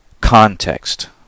context